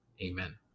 amen